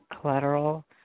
collateral